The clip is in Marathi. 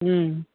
हं